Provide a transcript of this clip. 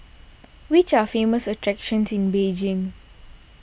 which are the famous attractions in Beijing